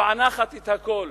מפענחת את הכול,